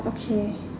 okay